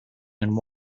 and